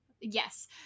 Yes